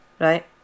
right